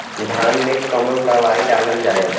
धान मे कवन दवाई डालल जाए?